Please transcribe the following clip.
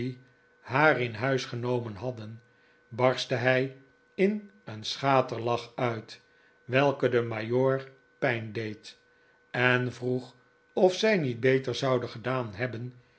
haar in huis genomen hadden barstte hij in een schaterlach uit welke den majoor pijn deed en vroeg of zij niet beter zouden gedaan hebben